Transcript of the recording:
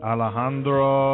Alejandro